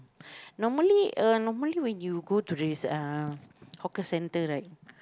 normally uh normally when you go to this uh hawker center right